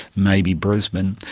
maybe brisbane.